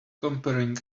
comparing